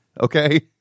okay